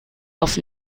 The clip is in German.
auf